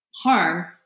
harm